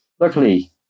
Luckily